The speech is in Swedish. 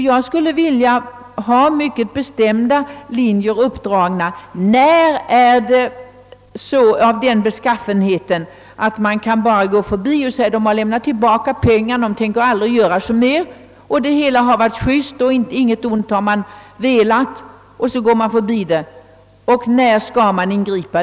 Jag skulle vilja ha mycket bestämda linjer uppdragna för när man skall ingripa och när beteendet kan förbigås bara vederbörande har lämnat tillbaka pengarna och lovat att aldrig göra så mera.